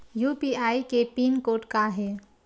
UPI के pin code का हे?